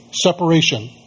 separation